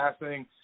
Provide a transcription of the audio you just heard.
passing